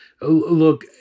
Look